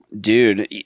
dude